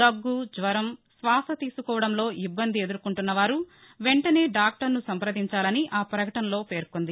దగ్గు జ్వరం శ్వాస తీసుకోవడంలో ఇబ్బంది ఎదుర్కొంటున్న వారు వెంటనే డాక్లర్ను సంప్రదించాలని ఒక ప్రకటనలో పేర్కొంది